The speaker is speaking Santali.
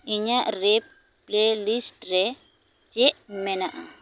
ᱤᱧᱟᱹᱜ ᱨᱮᱯ ᱯᱞᱮᱞᱤᱥᱴ ᱨᱮ ᱪᱮᱫ ᱢᱮᱱᱟᱜᱼᱟ